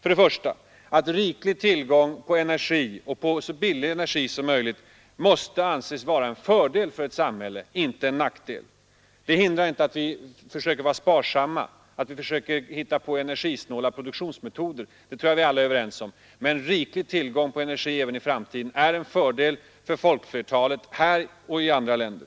För det första måste riklig tillgång på energi — och så billig energi som möjligt — anses vara en fördel för ett samhälle, inte en nackdel. Det hindrar inte att vi försöker vara sparsamma, att vi försöker hitta på energisnåla produktionsmetoder. Det tror jag alla är överens om. Men Nr 80 riklig fllgang. på energi även i framtiden är en fördel för folkflertalet här Tisdagesilden och i andra länder.